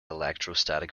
electrostatic